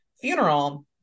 funeral